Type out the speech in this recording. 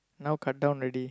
now cut down already